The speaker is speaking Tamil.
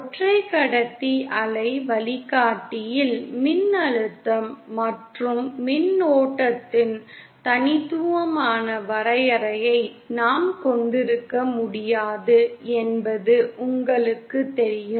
ஒற்றை கடத்தி அலை வழிகாட்டியில் மின்னழுத்தம் மற்றும் மின்னோட்டத்தின் தனித்துவமான வரையறையை நாம் கொண்டிருக்க முடியாது என்பது உங்களுக்குத் தெரியும்